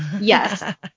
Yes